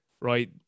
right